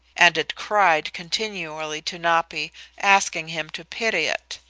and it cried continually to napi asking him to pity it.